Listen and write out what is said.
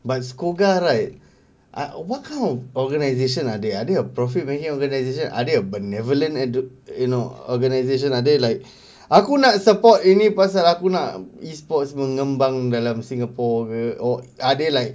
but SCOGA right uh what kind of organization are they are they a profit making organization are there a benevolent and do you know organisation are they like aku nak support any pasal aku nak E sports mengembang dalam singapore where or are they like